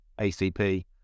ACP